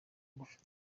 gufasha